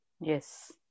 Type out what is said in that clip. Yes